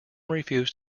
refused